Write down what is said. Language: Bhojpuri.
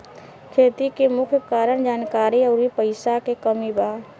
खेती के मुख्य कारन जानकारी अउरी पईसा के कमी बा